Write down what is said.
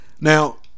Now